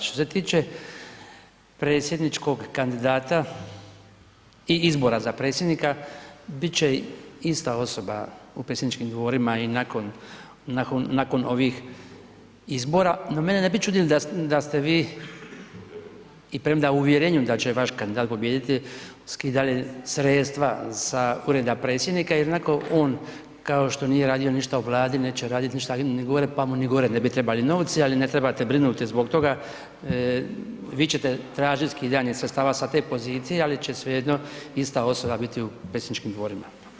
Što se tiče predsjedničkog kandidata i izbora za predsjednika, bit će ista osoba u predsjedničkim dvorima i nakon, nakon, nakon ovih izbora, no mene ne bi čudilo da ste vi i premda u uvjerenju da će vaš kandidat pobijediti, skidali sredstva sa ureda predsjednika, jednako on, kao što nije radio ništa u Vladi, neće radit ništa, ali ni gore, pa mu ni gore ne bi trebali novci, ali ne trebate brinuti zbog toga, vi ćete tražit skidanje sastava sa te pozicije, ali će svejedno ista osoba biti u predsjedničkim dvorima.